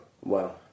Wow